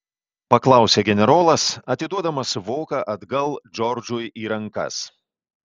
paklausė generolas atiduodamas voką atgal džordžui į rankas